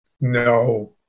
No